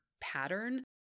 pattern